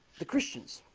the christians